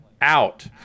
Out